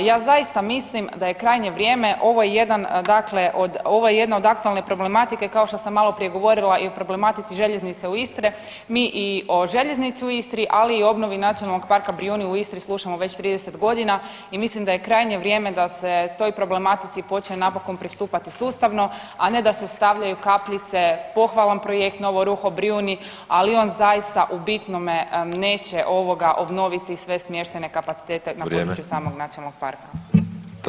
Ja zaista mislim da je krajnje vrijeme, ovo je jedan dakle od, ovo je jedna od aktualne problematike, kao što sam maloprije govorila i o problematici željeznice u Istre, mi i o željeznici u Istri, ali i obnovi NP Brijuni u Istri slušamo već 30 godina i mislim da je krajnje vrijeme da se toj problematici počne napokon pristupati sustavno, a ne da se stavljaju kapljice, pohvalan projekt Novo ruho Brijuni, ali on zaista u bitnome neće, ovoga, obnoviti sve smještajne kapacitete na području [[Upadica: Vrijeme.]] samog nacionalnog parka.